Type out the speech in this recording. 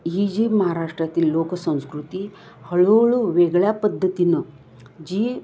ही जी महाराष्ट्रातील लोकसंस्कृती हळूहळू वेगळ्या पद्धतीनं जी